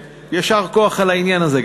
ויישר כוח על העניין הזה,